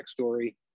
backstory